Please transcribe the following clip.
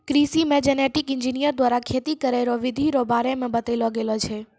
कृषि मे genetic engineer द्वारा खेती करै रो बिधि रो बारे मे बतैलो गेलो छै